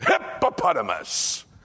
Hippopotamus